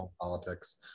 politics